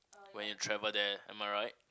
when you travel there am I right